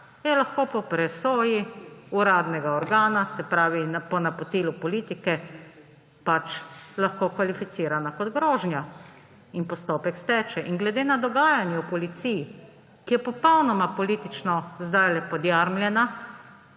je lahko po presoji uradnega organa, se pravi po napotilu politike, kvalificirana kot grožnja in postopek steče. Glede na dogajanje v policiji, ki je zdajle popolnoma politično podjarmljena,